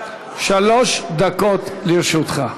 שלוש דקות לרשותך.